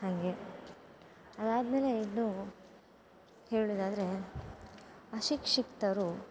ಹಾಗೆ ಅದಾದಮೇಲೆ ಇನ್ನೂ ಹೇಳುವುದಾದ್ರೆ ಅಶಿಕ್ಷಿತರು